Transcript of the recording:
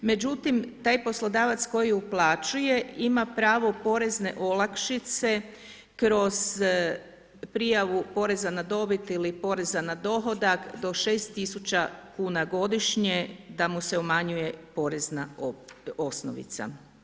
Međutim, taj poslodavac koji uplaćuje ima pravo porezne olakšice kroz prijavu poreza na dobit ili poreza na dohodak do 6 tisuća kuna godišnje da mu se umanjuje porezna osnovica.